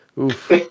Oof